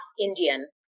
Indian